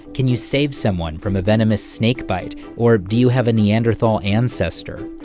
can you save someone from a venomous snakebite? or do you have a neanderthal ancestor?